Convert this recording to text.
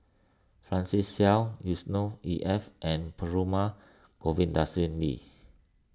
Francis Seow Yusnor E F and Perumal Govindaswamy